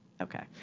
Okay